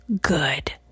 good